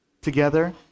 together